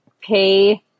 pay